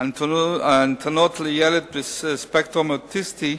הניתנות לילד בספקטרום אוטיסטי,